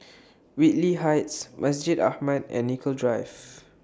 Whitley Heights Masjid Ahmad and Nicoll Drive